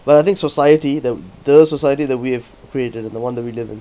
but I think society the the society that we've created and the one that we live in